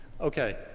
Okay